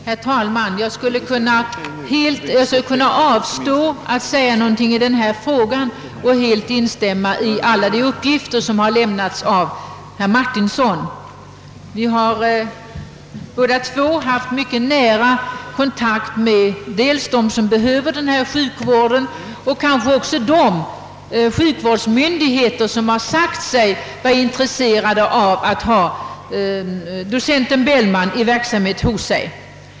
Herr talman! Jag skulle kunna avstå från att säga någonting i denna fråga och i stället helt instämma i de uttalanden som gjorts av herr Martinsson. Båda har vi haft mycket nära kontakt med sådana som behöver denna sjukvård och kanske också med de sjukvårdsmyndigheter som sagt sig vara intresserade av att ha docent Bellman verksam hos sig.